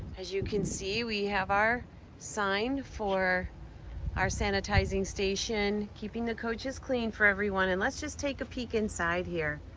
as you can see, we have our sign for our sanitizing station, keeping the coaches clean for everyone. and let's just take a peek inside here.